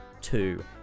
two